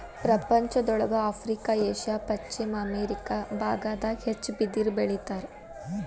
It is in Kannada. ಪ್ರಪಂಚದೊಳಗ ಆಫ್ರಿಕಾ ಏಷ್ಯಾ ಪಶ್ಚಿಮ ಅಮೇರಿಕಾ ಬಾಗದಾಗ ಹೆಚ್ಚ ಬಿದಿರ ಬೆಳಿತಾರ